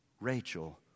Rachel